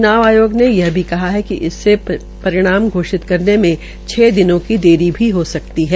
च्नाव आयोग ने यह भी कहा है कि इसमे परिणाम घोषित करने मे छ दिनों की देरी भी हो सकती है